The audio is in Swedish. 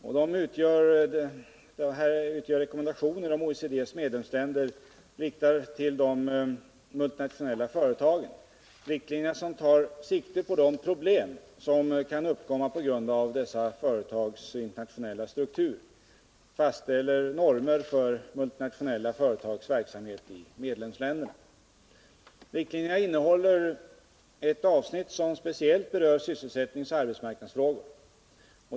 Det rör sig här om rekommendationer som OECD:s medlemsländer riktar till de multinationella företagen. Sådana riktlinjer tar sikte på de problem som kan uppkomma på grund av dessa företags internationella struktur. Man fastställer vissa normer för multinationella företags verksamhet i medlemsländerna. Riktlinjerna innehåller ett avsnitt som speciellt berör sysselsättningsoch arbetsmarknadsfrågor.